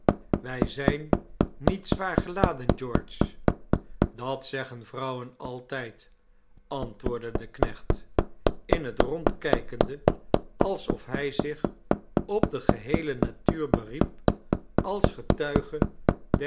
wij zijn niet zwaar geladen george dat zeggen vrouwen altijd antwoordde de knecht in het rond kijkende alsof hij zich op de geheele natuur beriep als getuige